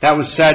that was sa